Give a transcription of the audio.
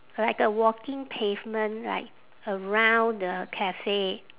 like a walking pavement like around the cafe